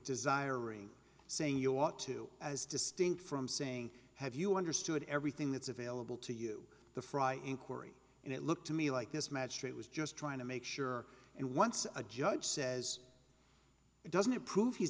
desirea saying you want to as distinct from saying have you understood everything that's available to you the frye inquiry and it looked to me like this magistrate was just trying to make sure and once a judge says it doesn't prove he's